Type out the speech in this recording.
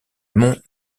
mont